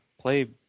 play